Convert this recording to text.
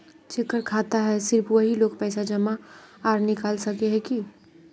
जेकर खाता है सिर्फ वही लोग पैसा जमा आर निकाल सके है की?